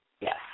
Yes